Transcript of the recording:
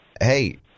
hey